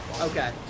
Okay